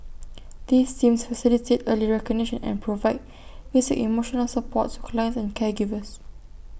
these teams facilitate early recognition and provide basic emotional support to clients and caregivers